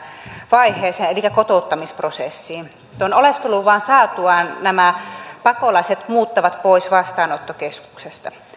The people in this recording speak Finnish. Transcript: vaiheeseen elikkä kotouttamisprosessiin tuon oleskeluluvan saatuaan nämä pakolaiset muuttavat pois vastaanottokeskuksesta